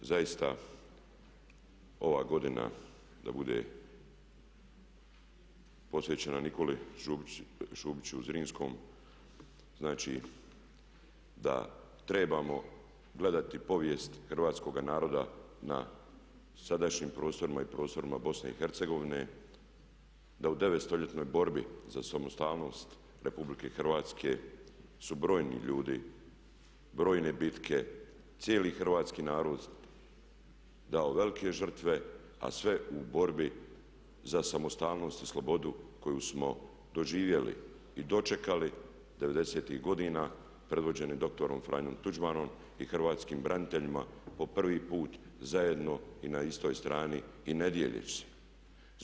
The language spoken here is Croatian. Zaista ova godina da bude posvećena Nikoli Šubiću Zrinskom, znači da trebamo gledati povijest hrvatskoga naroda na sadašnjim prostorima i prostorima Bosne i Hercegovine, da u devet stoljetnoj borbi za samostalnost Republike Hrvatske su brojni ljudi, brojne bitke, cijeli hrvatski narod dao velike žrtve, a sve u borbi za samostalnost i slobodu koju smo doživjeli i dočekali devedesetih godina predvođeni doktorom Franjom Tuđmanom i hrvatskim braniteljima po prvi put zajedno i na istoj strani i ne dijeljeći se.